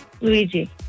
Luigi